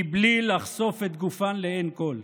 בלי לחשוף את גופן לעין כול.